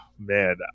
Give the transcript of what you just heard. Man